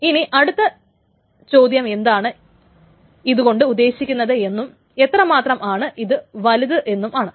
ഇനി അടുത്ത ചോദ്യം എന്താണ് ഇതുകൊണ്ട് ഉദ്ദേശിക്കുന്നത് എന്നും എത്രമാത്രം ആണ് ഇത് വലുത് എന്നും ആണ്